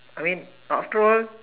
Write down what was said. I mean after all